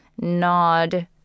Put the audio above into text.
nod